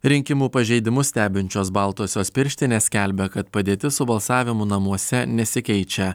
rinkimų pažeidimus stebinčios baltosios pirštinės skelbia kad padėtis su balsavimu namuose nesikeičia